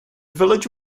village